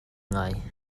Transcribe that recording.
ngai